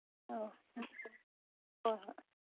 ꯑꯧ ꯍꯣꯏ ꯍꯣꯏ